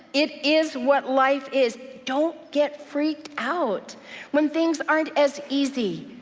it is what life is. don't get freaked out when things aren't as easy,